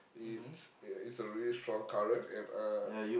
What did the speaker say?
it's it's a really strong current and uh